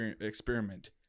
experiment